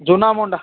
Junamunda